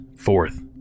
fourth